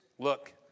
Look